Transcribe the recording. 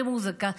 למוזיקה,